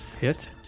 Hit